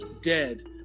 dead